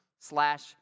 slash